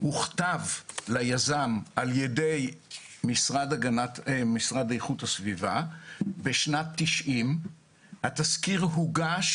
הוכתב ליזם על ידי המשרד לאיכות הסביבה בשנת 90. התסקיר הוגש